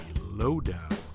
lowdown